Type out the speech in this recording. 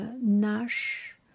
Nash